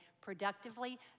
productively